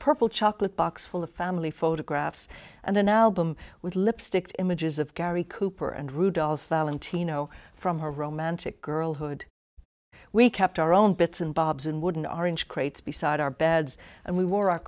purple chocolate box full of family photographs and an album with lipstick images of gary cooper and rudolph valentino from her romantic girlhood we kept our own bits and bobs and wooden orange crates beside our beds and we wore our